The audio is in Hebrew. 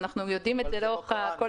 אנחנו יודעים את זה לאורך כל